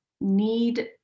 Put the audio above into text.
need